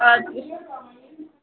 اَدکیاہ